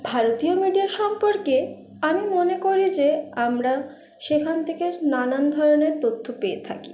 ভারতীয় মিডিয়া সম্পর্কে আমি মনে করি যে আমরা সেখান থেকে নানান ধরনের তথ্য পেয়ে থাকি